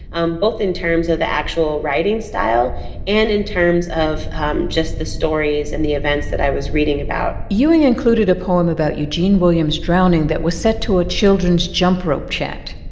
um both in terms of the actual writing style and in terms of um just the stories and the events that i was reading about ewing included a poem about eugene williams' drowning that was set to a children's jump rope chant.